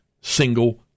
single